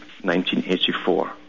1984